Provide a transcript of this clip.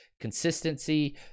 consistency